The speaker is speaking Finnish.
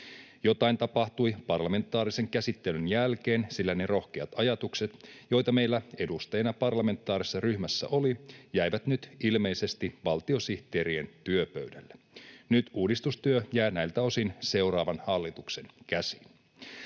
Jotain tapahtui parlamentaarisen käsittelyn jälkeen, sillä ne rohkeat ajatukset, joita meillä edustajina parlamentaarisessa ryhmässä oli, jäivät nyt ilmeisesti valtiosihteerien työpöydälle. Nyt uudistustyö jää näiltä osin seuraavan hallituksen käsiin.